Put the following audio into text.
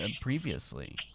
previously